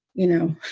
you know,